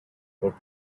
for